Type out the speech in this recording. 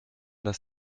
das